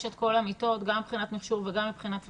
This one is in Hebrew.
באמת את כל המיטות גם מבחינת מכשור וגם מבחינת צוותים?